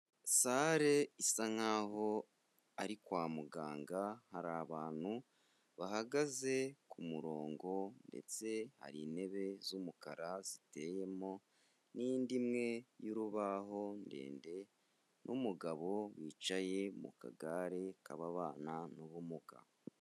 Sale isa nkaho ari kwa muganga, hari abantu bahagaze ku murongo, ndetse hari intebe z'umukara ziteyemo, n'indi imwe y'urubaho ndende, n'umugabo wicaye mu kagare, k'ababana n'ubumuga.